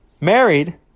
married